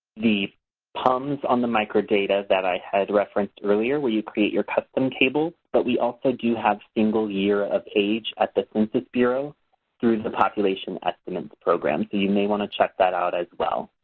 the pums on the microdata that i had referenced earlier where you create your custom tables. but we also do have single year of age at the census bureau through the population estimates program. so you may want to check that out as well.